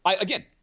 again